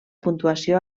puntuació